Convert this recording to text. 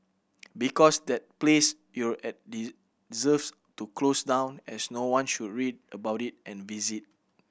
because that place you're at deserves to close down as no one should read about it and visit